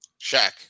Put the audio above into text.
Shaq